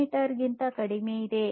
me ಗಿಂತ ಕಡಿಮೆಯಿದೆ